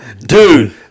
Dude